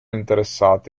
interessati